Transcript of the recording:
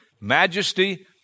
majesty